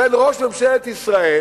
בין ראש ממשלת ישראל